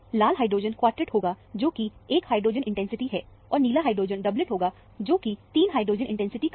लाल hydrogen quartet होगा जो कि 1 हाइड्रोजन इंटेंसिटी है और नीला हाइड्रोजन डबलेट होगा जो कि 3 हाइड्रोजन इंटेंसिटी का है